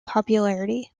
popularity